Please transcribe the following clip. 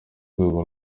rwego